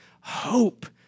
hope